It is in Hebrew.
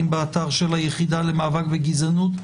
אם באתר של היחידה למאבק בגזענות,